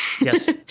Yes